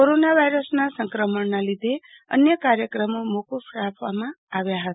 corona વાયરસનાં સંક્રમણનાં લીધે અન્ય કાર્યક્રમો મોકૂક રાખવામાં આવ્યા હતા